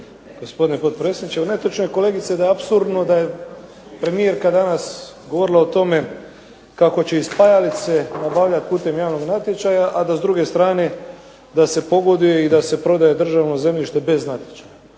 gospodine potpredsjedniče. Netočno je kolegice da apsurdno da je premijerka danas govorila o tome kako će i spajalice nabavljati putem javnog natječaja, a da s druge strane da se pogoduje i da se prodaje državno zemljište bez natječaja.